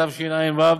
התשע"ו 2016,